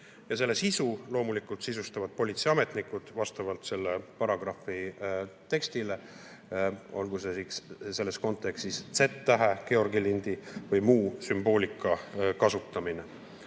Selle sisu loomulikult sisustavad politseiametnikud vastavalt selle paragrahvi tekstile, olgu see siis selles kontekstis Z-tähe, Georgi lindi või muu sümboolika kasutamine.